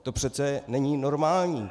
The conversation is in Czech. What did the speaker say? To přece není normální.